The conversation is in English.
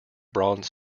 bronze